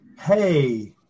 hey